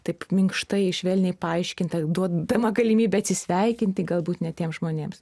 taip minkštai švelniai paaiškinta duodama galimybė atsisveikinti galbūt net tiem žmonėms